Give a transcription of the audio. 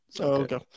Okay